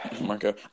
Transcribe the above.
Marco